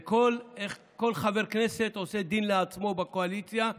וכל חבר כנסת עושה דין לעצמו בקואליציה,